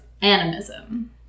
animism